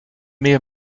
meer